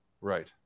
right